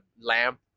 lamp